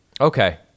Okay